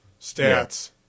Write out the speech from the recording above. stats